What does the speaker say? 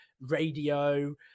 radio